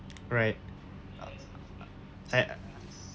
right I